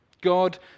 God